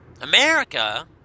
America